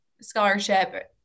Scholarship